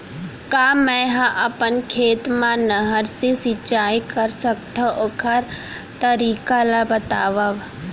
का मै ह अपन खेत मा नहर से सिंचाई कर सकथो, ओखर तरीका ला बतावव?